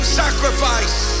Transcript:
sacrifice